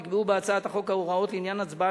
נקבעו בהצעת החוק ההוראות לעניין הצעה